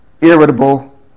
irritable